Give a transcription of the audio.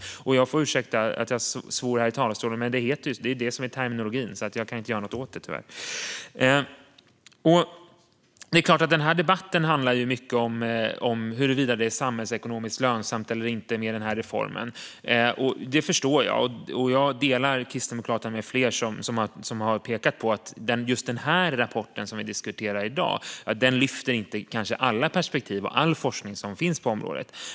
Jag ber om ursäkt att jag svor här i talarstolen, men det heter så. Det är det som är terminologin. Jag kan inte göra något åt det, tyvärr. Debatten handlar mycket om huruvida den här reformen är samhällsekonomiskt lönsam eller inte. Det förstår jag. Jag instämmer med Kristdemokraterna med flera som har pekat på att just den rapport vi diskuterar i dag kanske inte lyfter fram alla perspektiv och all forskning som finns på området.